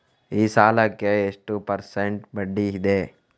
ಈ ಸಾಲಕ್ಕೆ ಎಷ್ಟು ಪರ್ಸೆಂಟ್ ಬಡ್ಡಿ ಇದೆ?